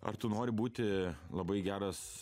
ar tu nori būti labai geras